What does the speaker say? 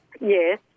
Yes